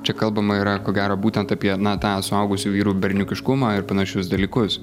čia kalbama yra ko gero būtent apie na tą suaugusių vyrų berniukiškumą ir panašius dalykus